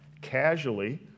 casually